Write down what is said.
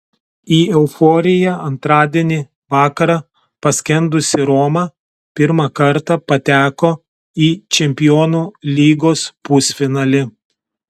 į euforiją antradienį vakarą paskendusi roma pirmą kartą pateko į čempionų lygos pusfinalį